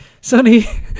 Sunny